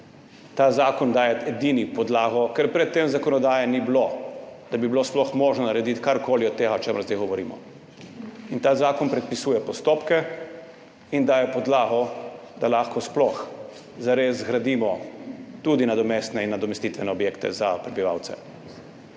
Ta zakon daje edini podlago, ker pred tem ni bilo zakonodaje, da bi bilo sploh možno narediti karkoli od tega, o čemer zdaj govorimo. Ta zakon predpisuje postopke in daje podlago, da lahko sploh zares gradimo tudi nadomestne in nadomestitvene objekte za prebivalce.